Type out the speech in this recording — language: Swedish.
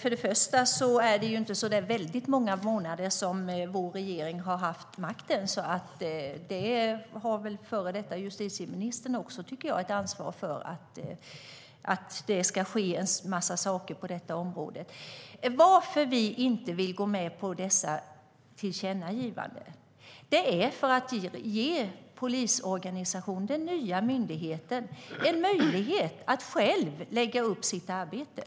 Det är inte så många månader som vår regering har haft makten, så före detta justitieministern har väl också ett ansvar för att det ska ske en massa saker på detta område. Varför vi inte vill gå med på dessa tillkännagivanden är för att vi vill ge polisorganisationen, den nya myndigheten, en möjlighet att själv lägga upp sitt arbete.